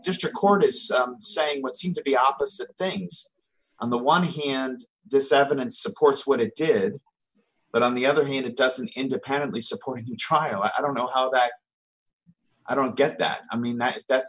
district court is saying what seem to be opposite things on the one hand this evidence supports what it did but on the other hand it doesn't independently support try i don't know how that i don't get that i mean that